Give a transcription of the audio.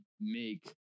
make